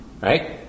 Right